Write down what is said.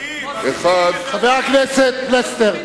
מוסיפים משרדים, מוסיפים שרים, חבר הכנסת פלסנר,